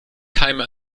keime